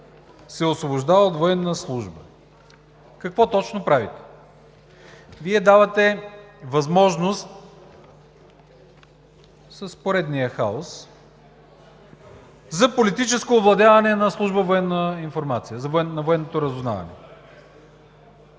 Вие давате възможност с поредния хаос за политическо овладяване на Служба „Военна информация“, на военното разузнаване.